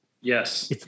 Yes